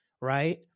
right